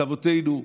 סבותינו,